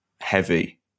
heavy